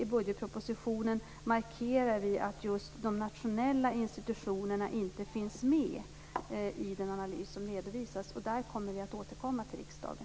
I budgetpropositionen markerar vi att just de nationella institutionerna inte finns med i den analys som redovisas. Där kommer vi att återkomma till riksdagen.